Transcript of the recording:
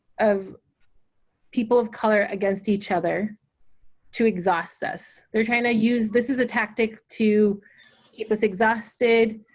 of people of color against each other to exhaust us. they're trying to use this is a tactic to keep us exhausted,